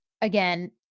again